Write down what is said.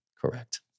correct